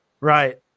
Right